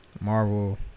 marvel